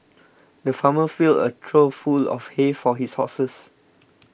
the farmer filled a trough full of hay for his horses